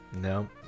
No